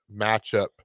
matchup